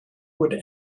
would